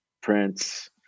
Prince